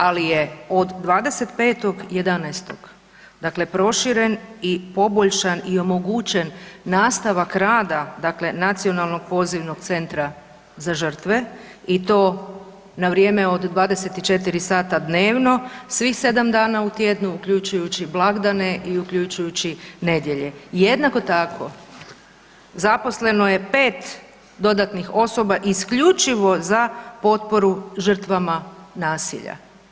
Ali je od 25.11., dakle proširen i poboljšan i omogućen nastavak rada dakle Nacionalnog pozivnog centra za žrtve i to na vrijeme od 24 sata dnevno svih 7 dana u tjednu uključujući blagdane i uključujući nedjelje i jednako tako, zaposleno je 5 dodatnih osoba isključivo za potporu žrtvama nasilja.